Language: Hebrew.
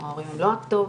ההורים הם לא הכתובת,